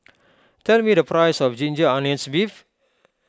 tell me the price of Ginger Onions Beef